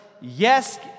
Yes